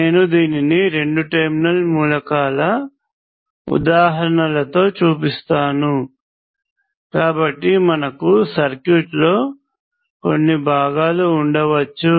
నేను దీనిని రెండు టెర్మినల్ మూలకాల ఉదాహరణలతో చూపిస్తాను కాబట్టి మనకు సర్క్యూట్లో కొన్ని భాగాలు ఉండవచ్చు